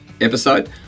episode